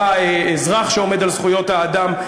אתה אזרח שעומד על זכויות האדם,